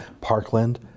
Parkland